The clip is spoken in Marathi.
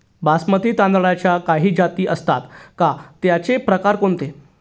बासमती तांदळाच्या काही जाती असतात का, त्याचे प्रकार कोणते?